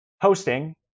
hosting